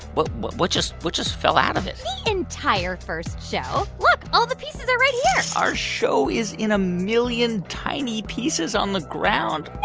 what what just what just fell out of it? the entire first show. look, all the pieces are right here our show is in a million tiny pieces on the ground?